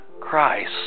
Christ